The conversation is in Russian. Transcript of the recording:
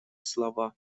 слова